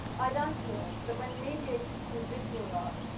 i died here, that when mediated through visual art,